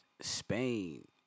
Spain